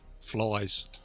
flies